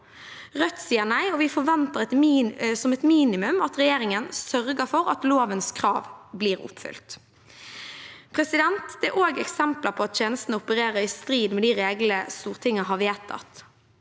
Rødt sier nei, og vi forventer som et minimum at regjeringen sørger for at lovens krav blir oppfylt. Det er også eksempler på at tjenesten opererer i strid med de regler Stortinget har vedtatt.